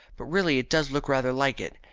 but really it does look rather like it.